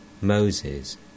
Moses